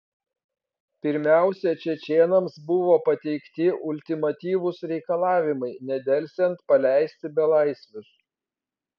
pirmiausia čečėnams buvo pateikti ultimatyvūs reikalavimai nedelsiant paleisti belaisvius